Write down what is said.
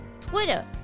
Twitter